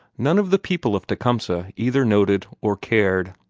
none of the people of tecumseh either noted or cared.